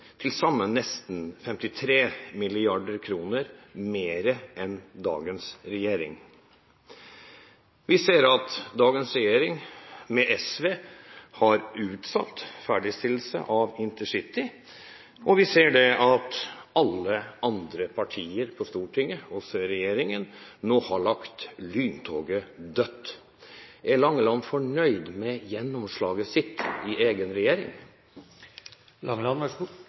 til sammen nesten 53 mrd. kr mer enn dagens regjering. Vi ser at dagens regjering, med SV, har utsatt ferdigstillelse av InterCity. Og vi ser at alle andre partier på Stortinget, også regjeringspartiene, nå har lagt lyntoget dødt. Er representanten Langeland fornøyd med gjennomslaget sitt i egen